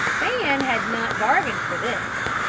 fan had not bargained for this.